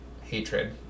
hatred